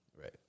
Right